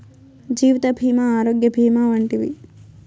జీవిత భీమా ఆరోగ్య భీమా వంటివి